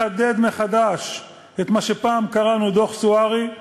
לחדד מחדש את מה שפעם קראנו לו דוח סוארי,